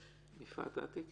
הצו.